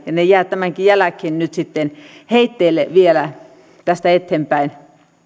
ja ne jäävät tämänkin jälkeen nyt sitten heitteille vielä tästä eteenpäin